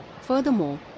Furthermore